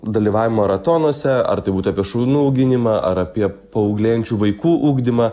dalyvavimą maratonuose ar tai būtų apie šunų auginimą ar apie paauglėjančių vaikų ugdymą